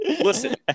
Listen